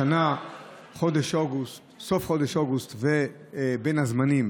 השנה סוף חודש אוגוסט ובין הזמנים,